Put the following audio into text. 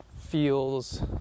feels